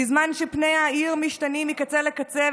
בזמן שפני העיר משתנים מקצה לקצה,